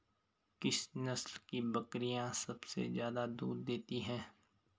किस नस्ल की बकरीयां सबसे ज्यादा दूध देती हैं?